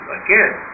again